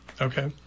Okay